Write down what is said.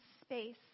space